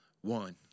one